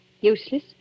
Useless